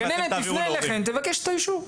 הגננת תפנה אליכם ותבקש את האישור.